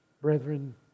brethren